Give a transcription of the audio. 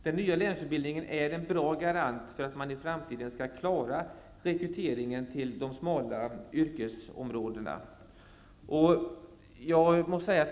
Den nya lärlingsutbildningen är en bra garant för att man i framtiden skall klara rekryteringen till smala yrkesområden.